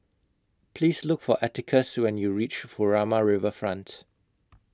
Please Look For Atticus when YOU REACH Furama Riverfront